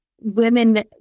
women